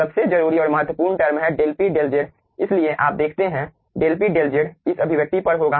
सबसे जरूरी और महत्वपूर्ण टर्म है डेल P डेल Z इसलिए आप देखते हैं डेल P डेल Z इस अभिव्यक्ति पर होगा